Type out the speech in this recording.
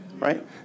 right